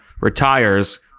retires